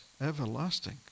everlasting